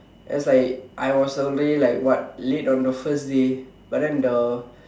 as I I was already like what late on the first day but then the